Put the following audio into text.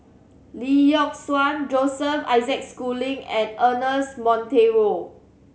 Lee Yock Suan Joseph Isaac Schooling and Ernest Monteiro